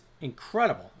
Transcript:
incredible